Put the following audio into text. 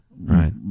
right